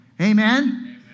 Amen